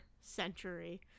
century